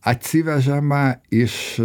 atsivežama iš